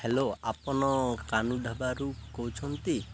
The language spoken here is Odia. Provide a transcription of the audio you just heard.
ହ୍ୟାଲୋ ଆପଣ କାନୁ ଢାବାରୁ କହୁଛନ୍ତି